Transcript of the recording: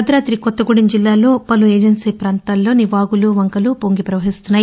భద్రాది కొత్తగూదెం జిల్లాలో పలు ఏజెన్సీ పాంతాల్లోని వాగులు వంకలు పొంగి ప్రపహిస్తున్నాయి